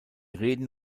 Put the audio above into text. reden